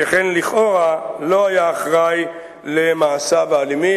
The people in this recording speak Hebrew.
שכן לכאורה הוא לא היה אחראי למעשיו האלימים.